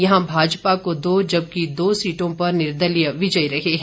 यहां भाजपा को दो जबकि दो सीटों पर निर्दलीय विजयी रहे हैं